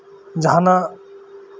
ᱡᱟᱦᱟᱱᱟᱜ